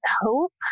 hope